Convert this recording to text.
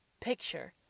picture